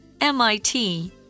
MIT